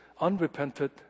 unrepented